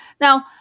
Now